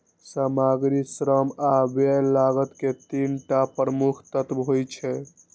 सामग्री, श्रम आ व्यय लागत के तीन टा प्रमुख तत्व होइ छै